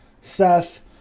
Seth